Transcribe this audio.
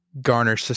garner